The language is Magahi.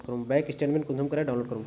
बैंक स्टेटमेंट कुंसम करे डाउनलोड करूम?